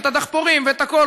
את הדחפורים ואת הכול,